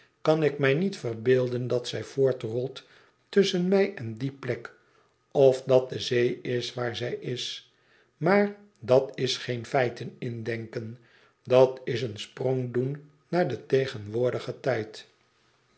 kan ik mij niet verbeelden dat zij voortrolt tusschen mij en die plek of dat de zee is waar zij is maar dat is geen feiten indenken dat is een sprong doen naar den tegenwoordigen tijd